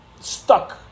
stuck